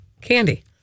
candy